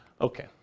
Okay